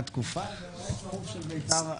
והוא אוהד שרוף של ביתר.